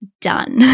done